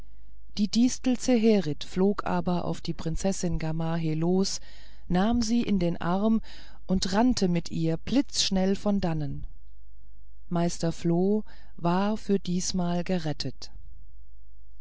die distel zeherit flog aber auf die prinzessin gamaheh los nahm sie in den arm und rannte mit ihr blitzschnell von dannen meister floh war für diesmal gerettet